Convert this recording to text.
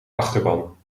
achterban